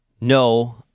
no